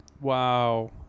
Wow